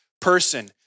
person